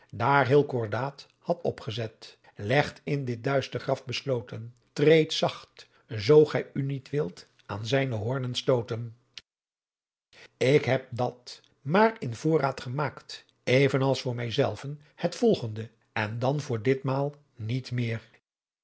daar heel cordaat hadt opgezet legt in dit duister graf besloten treedt zacht zoo gy u niet wilt aan zijn hoornen stoten ik heb dat maar in voorraad gemaakt even als voor mij zelven het volgende en dan voor dit maal niet meer